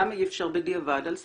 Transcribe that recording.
למה אי אפשר בדיעבד על סמך,